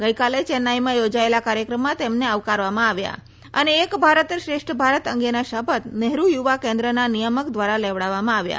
ગઇકાલે ચેન્નાઇમાં યોજાયેલા કાર્યકમમાં તેમને આવકારવામાં આવ્યા તથા એક ભારત શ્રેષ્ઠ ભારત અંગેના શપથ નહેરૂ યુવાકેન્દ્રના નિયામક દ્વારા લેવડાવવામાં આવ્યા